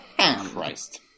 Christ